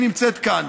היא נמצאת כאן.